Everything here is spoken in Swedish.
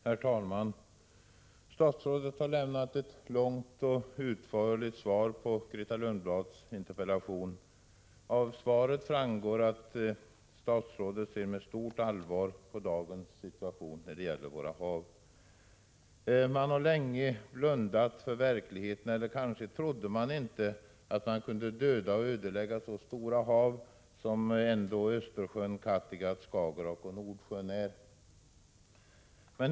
Herr talman! Statsrådet har lämnat ett långt och utförligt svar på Grethe Lundblads interpellation. Av svaret framgår att statsrådet ser med stort allvar på dagens situation för våra hav. Man har länge blundat för verkligheten, eller kanske trodde man inte att man kunde döda och ödelägga så stora hav som Östersjön, Kattegatt, Skagerrak och Nordsjön ändå är.